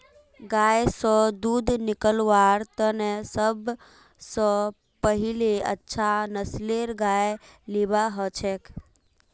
गाय स दूध निकलव्वार तने सब स पहिले अच्छा नस्लेर गाय लिबा हछेक